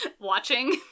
watching